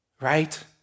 Right